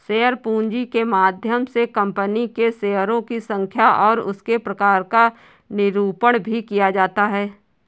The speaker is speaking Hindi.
शेयर पूंजी के माध्यम से कंपनी के शेयरों की संख्या और उसके प्रकार का निरूपण भी किया जाता है